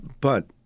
But-